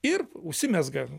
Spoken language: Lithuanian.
ir užsimezga